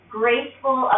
graceful